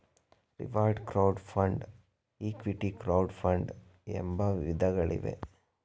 reward crowd fund, equity crowd fund ಎಂಬ ವಿಧಗಳಿವೆ